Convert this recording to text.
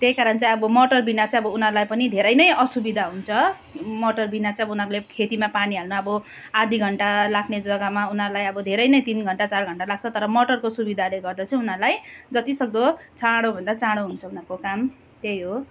त्यही कारण चाहिँ अब मोटरविना चाहिँ अब उनीहरूलाई पनि धेरै नै असुविधा हुन्छ मोटरविना चाहिँ अब उनीहरूले खेतीमा पानी हाल्नु अब आधी घण्टा लाग्ने जगामा उनीहरूलाई अब धेरै नै तिन घन्टा चार घन्टा लाग्छ तर मोटरको सुविधाले गर्दा चाहिँ उनीहरूलाई जति सक्दो चाँडो भन्दा चाँडो हुन्छ उनीहरूको काम त्यही हो